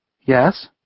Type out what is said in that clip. yes